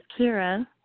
Kira